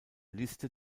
liste